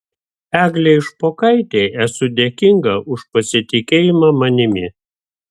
eglei špokaitei esu dėkinga už pasitikėjimą manimi